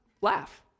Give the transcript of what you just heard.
laugh